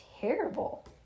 terrible